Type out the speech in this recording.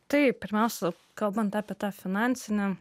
taip pirmiausia kalbant apie tą finansinį